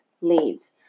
leads